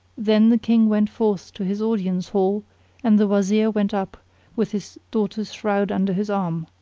then the king went forth to his audience hall and the wazir went up with his daughter's shroud under his arm.